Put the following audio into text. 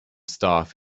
staff